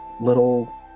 Little